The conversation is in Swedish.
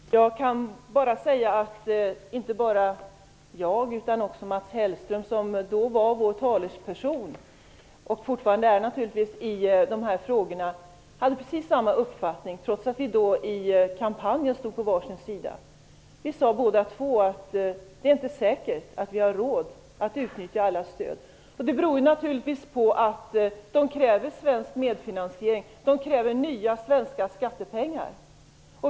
Fru talman! Jag kan bara säga att inte bara jag utan också Mats Hellström, som då var vår talesperson och fortfarande är det i dessa frågor, hade precis samma uppfattning, trots att vi i kampanjen stod på var sin sida. Vi sade båda att det inte är säkert att Sverige har råd att utnyttja alla stöd. Anledningen härtill är naturligtvis att det för detta krävs en svensk medfinansiering med nya svenska skattepengar.